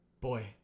Boy